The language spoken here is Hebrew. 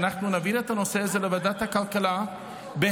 שאנחנו נעביר את הנושא הזה לוועדת הכלכלה בהקדם,